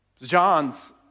John's